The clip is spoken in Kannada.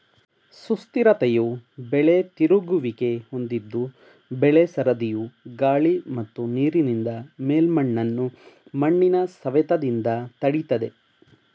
ಸುಸ್ಥಿರತೆಯು ಬೆಳೆ ತಿರುಗುವಿಕೆ ಹೊಂದಿದ್ದು ಬೆಳೆ ಸರದಿಯು ಗಾಳಿ ಮತ್ತು ನೀರಿನಿಂದ ಮೇಲ್ಮಣ್ಣನ್ನು ಮಣ್ಣಿನ ಸವೆತದಿಂದ ತಡಿತದೆ